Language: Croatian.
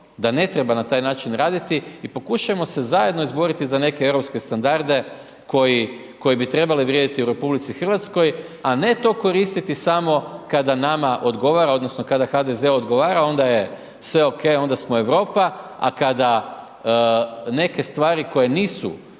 da ne treba na taj način raditi i pokušajmo se zajedno izboriti za neke europske standarde koji, koji bi trebali vrijediti u RH, a ne to koristiti samo kada nama odgovara, odnosno kada HDZ-u odgovara onda je sve OK onda smo Europa, a kada neke stvari koje nisu